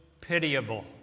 pitiable